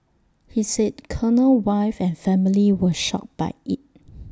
he said Cornell wife and family were shocked by IT